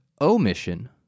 omission